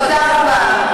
תודה רבה.